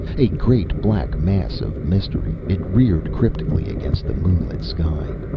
a great black mass of mystery, it reared cryptically against the moonlit sky.